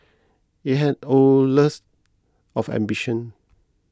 it has oodles of ambition